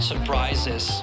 surprises